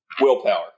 willpower